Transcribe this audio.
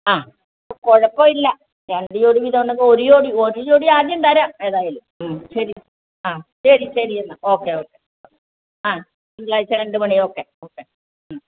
ആ കുഴപ്പമില്ല രണ്ട് ജോഡി വീതം ഉണ്ടെങ്കിൽ ഒരു ജോഡി ഒരു ജോഡി ആദ്യം തരാം ഏതായാലും ശരി ആ ശരി ശരി എന്നാൽ ഓക്കെ ഓക്കെ ആ തിങ്കളാഴ്ച രണ്ട് മണി ഓക്കെ ഓക്കെ